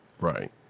Right